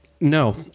No